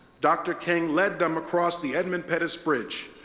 dr. king led them across the edmund pettis bridge,